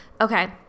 okay